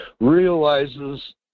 realizes